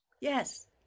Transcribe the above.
Yes